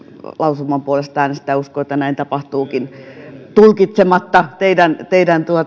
lausuman puolesta äänestää ja uskon että näin tapahtuukin tulkitsematta tietenkään teidän